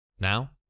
Now